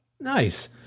Nice